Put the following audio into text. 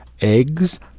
eggs